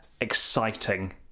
exciting